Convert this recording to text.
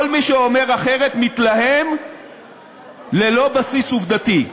כל מי שאומר אחרת מתלהם ללא בסיס עובדתי.